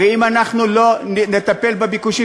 ואם אנחנו לא נטפל בביקושים,